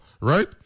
Right